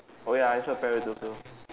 oh ya I saw parrots also